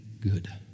good